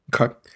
Okay